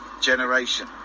generation